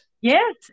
Yes